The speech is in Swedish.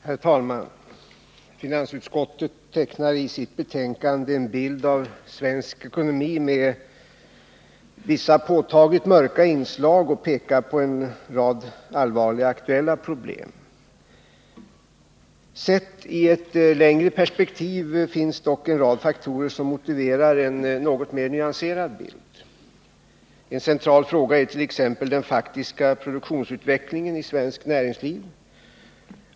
Herr talman! Finansutskottet tecknar i sitt betänkande en bild av svensk ekonomi med vissa påtagligt mörka inslag och pekar på en rad allvarliga aktuella problem. Sett i ett längre perspektiv finns det dock en rad faktorer som motiverar en något mer nyanserad bild. En central fråga är t.ex. den faktiska produktionsutvecklingen i svenskt näringsliv.